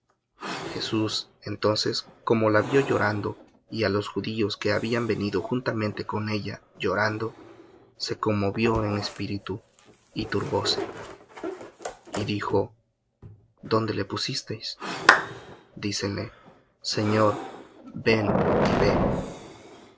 jesús entonces como la vió llorando y á los judíos que habían venido juntamente con ella llorando se conmovió en espíritu y turbóse y dijo dónde le pusisteis dícenle señor ven y ve